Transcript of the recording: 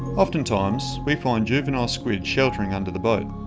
oftentimes, we find juvenile squid sheltering under the boat.